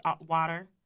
water